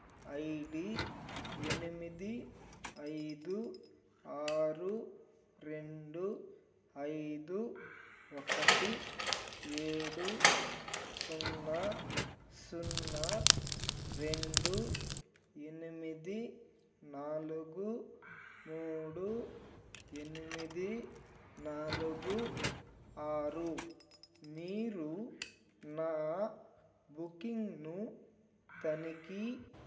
I D ఎనిమిది ఐదు ఆరు రెండు ఐదు ఒకటి ఏడు సున్నా సున్నా రెండు ఎనిమిది నాలుగు మూడు ఎనిమిది నాలుగు ఆరు మీరు నా బుకింగ్ను తనిఖీ